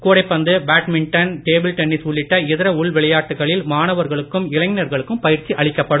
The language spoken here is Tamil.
கூடைப்பந்து பேட்மிட்டன் டேபிள் டென்னீஸ் உள்ளிட்ட இதர உள்விளையாட்டுகளில் மாணவர்களுக்கும் இளைஞர்களுக்கும் பயிற்சி அளிக்கப்படும்